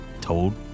told